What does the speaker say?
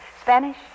Spanish